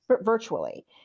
virtually